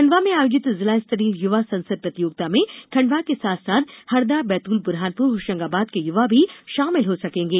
खंडवा में आयोजित जिला स्तरीय युवा संसद प्रतियोगिता में खण्डवा के साथ साथ हरदा बैतूल बुरहानपुर होशंगाबाद के युवा भी शामिल हो सकेंगे